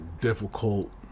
difficult